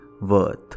worth